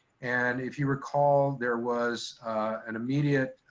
and if you recall, there was an immediate